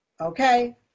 okay